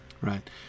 right